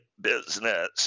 business